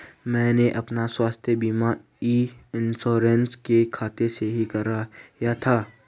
मैंने अपना स्वास्थ्य बीमा ई इन्श्योरेन्स के खाते से ही कराया था